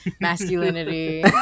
masculinity